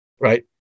right